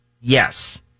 yes